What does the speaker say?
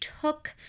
took